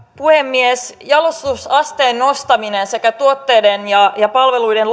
puhemies jalostusasteen nostaminen sekä tuotteiden ja ja palveluiden